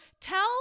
tell